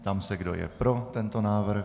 Ptám se, kdo je pro tento návrh.